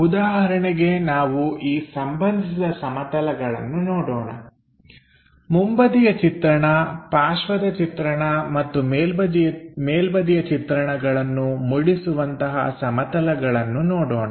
ಉದಾಹರಣೆಗೆ ನಾವು ಈ ಸಂಬಂಧಿಸಿದ ಸಮತಲಗಳನ್ನು ನೋಡೋಣ ಮುಂಬದಿಯ ಚಿತ್ರಣ ಪಾರ್ಶ್ವದ ಚಿತ್ರಣ ಮತ್ತು ಮೇಲ್ಬದಿಯ ಚಿತ್ರಣಗಳನ್ನು ಮೂಡಿಸುವಂತಹ ಸಮತಲಗಳನ್ನು ನೋಡೋಣ